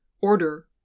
order